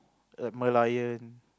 like Merlion